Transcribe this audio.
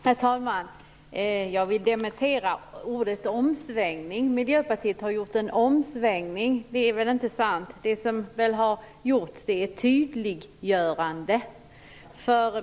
Herr talman! Jag vill dementera ordet omsvängning och att Miljöpartiet skulle ha gjort en omsvängning. Det är inte sant. Det som har gjorts är ett tydliggörande.